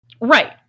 Right